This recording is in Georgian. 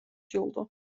ჯილდო